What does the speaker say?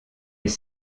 les